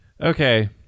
Okay